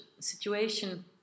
situation